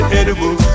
edible